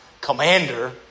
commander